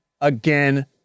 again